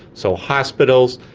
so hospitals,